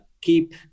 keep